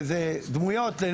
זה דמויות.